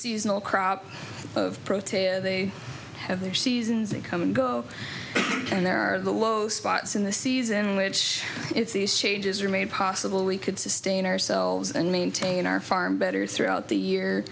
seasonal crop of proteas they have their seasons they come and go and there are the low spots in the season which if these changes are made possible we could sustain ourselves and maintain our farm better throughout the year